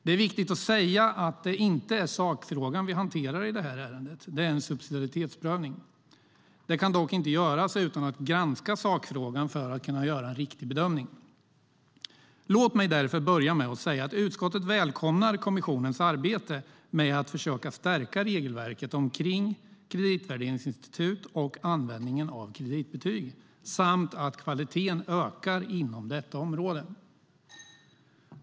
Det är viktigt att säga att det inte är sakfrågan vi hanterar i det här ärendet, utan det är en subsidiaritetsprövning. Den kan dock inte göras utan att vi granskar sakfrågan för att kunna göra en riktig bedömning. Låt mig därför börja med att säga att utskottet välkomnar kommissionens arbete med att försöka stärka regelverket omkring kreditvärderingsinstitut och användningen av kreditbetyg samt att kvaliteten ökar inom detta område.